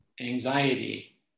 anxiety